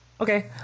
Okay